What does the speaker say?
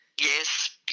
Yes